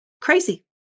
Crazy